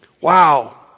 Wow